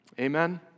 Amen